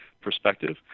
perspective